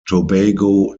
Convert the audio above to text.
tobago